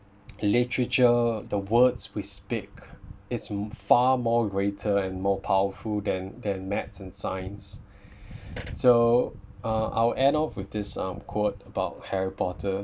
literature the words we speak is far more greater and more powerful than than maths and science so uh I'll end off with this um quote about harry potter